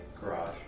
garage